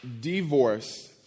divorce